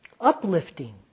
uplifting